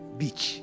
beach